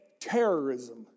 terrorism